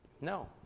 No